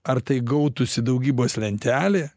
ar tai gautųsi daugybos lentelė